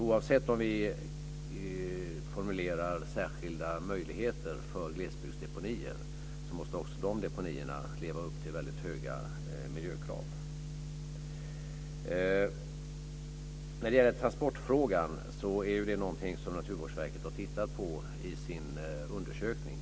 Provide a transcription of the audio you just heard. Oavsett om vi formulerar särskilda möjligheter för glesbygdsdeponier måste också de deponierna leva upp till väldigt höga miljökrav. Transportfrågan är något som Naturvårdsverket har tittat på i sin undersökning.